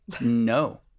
no